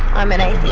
i'm an